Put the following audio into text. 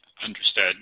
Understood